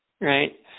Right